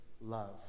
love